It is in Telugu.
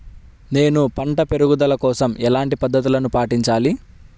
నేను పంట పెరుగుదల కోసం ఎలాంటి పద్దతులను పాటించాలి?